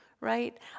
right